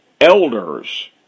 elders